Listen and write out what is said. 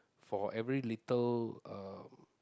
for every little uh